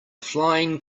flying